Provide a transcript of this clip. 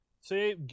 See